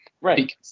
Right